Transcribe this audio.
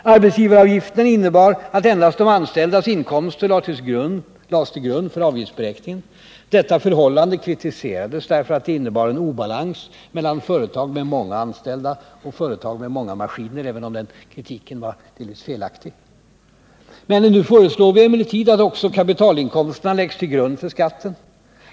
Arbetsgivaravgiften innebar att endast de anställdas inkomster lades till grund för avgiftsberäkningen. Detta förhållande kritiserades, därför att det innebar en obalans mellan företag med många anställda och företag med många maskiner, men den kritiken var delvis felaktig. Nu föreslår vi emellertid att också kapitalinkomsterna läggs till grund för skatten.